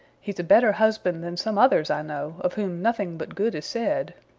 he's a better husband than some others i know, of whom nothing but good is said.